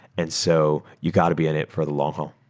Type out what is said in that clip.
and so you got to be in it for the long haul.